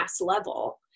level